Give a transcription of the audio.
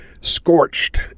scorched